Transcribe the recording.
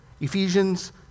Ephesians